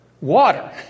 water